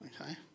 okay